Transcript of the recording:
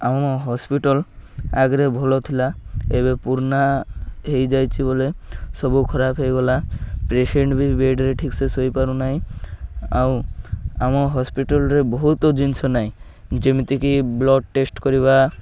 ଆମ ହସ୍ପିଟାଲ୍ ଆଗରେ ଭଲ ଥିଲା ଏବେ ପୁରୁଣା ହେଇଯାଇଛିି ବୋଲେ ସବୁ ଖରାପ ହେଇଗଲା ପେସେଣ୍ଟ ବି ବେଡ଼୍ରେ ଠିକ୍ ସେ ଶୋଇପାରୁ ନାହିଁ ଆଉ ଆମ ହସ୍ପିଟାଲ୍ରେ ବହୁତ ଜିନିଷ ନାଇଁ ଯେମିତିକି ବ୍ଲଡ଼ ଟେଷ୍ଟ କରିବା